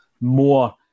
more